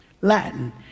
Latin